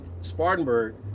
Spartanburg